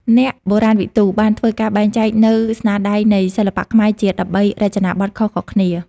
អ្នកបុរាណវិទូ បានធ្វើការបែងចែកនូវស្នាដៃនៃសិល្បៈខ្មែរជា ១៣ រចនាបថខុសៗគ្នា។